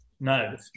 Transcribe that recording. No